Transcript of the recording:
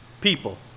People